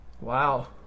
Wow